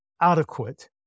adequate